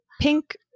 pink